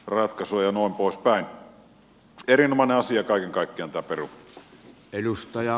erinomainen asia kaiken kaikkiaan tämä peruminen